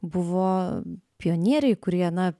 buvo pionieriai kurie na